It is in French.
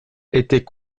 était